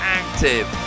active